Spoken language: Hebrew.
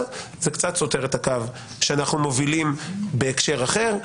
זה קצת סותר את הקו שאנחנו מובילים בהקשר אחר.